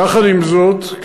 יחד עם זאת,